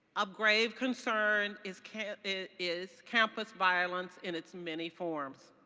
a grave concern is can is campus violence in its many forms.